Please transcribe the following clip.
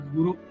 Guru